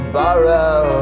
borrow